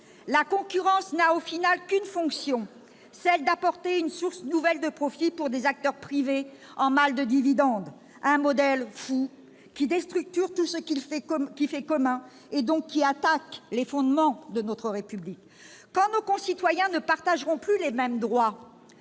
La concurrence ne remplit finalement qu'une fonction, celle d'apporter une source nouvelle de profit aux acteurs privés en mal de dividendes. C'est un modèle fou qui déstructure tout ce qui fait le bien commun et qui, de ce fait, attaque les fondements de notre République. Quand nos concitoyens ne partageront plus les mêmes droits,